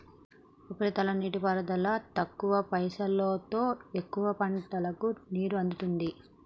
ఉపరితల నీటిపారుదల తక్కువ పైసలోతో ఎక్కువ పంటలకు నీరు అందుతుంది